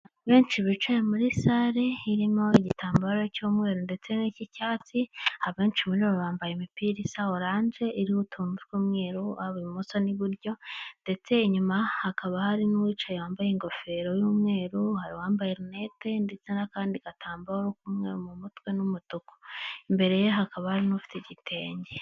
Benshi bicaye muri salle irimo igitambaro cy'umweru ndetse n'icyicyatsi, abenshi muri bo bambaye imipira isa orange iriho utuntu tw'umweru haba ibumoso n'iburyo, ndetse inyuma hakaba hari n'uwicaye yambaye ingofero y'umweru, hari uwambaye rinete ndetse n'akandi gatambaro kumweru mu mutwe n'umutuku, imbere ye hakaba hari n'ufite igitenge.